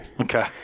Okay